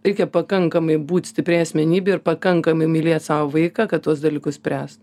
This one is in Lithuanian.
reikia pakankamai būt stipriai asmenybei ir pakankamai mylėt savo vaiką kad tuos dalykus spręst